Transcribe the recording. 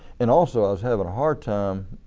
and also i was having a hard time